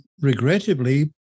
regrettably